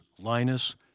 Linus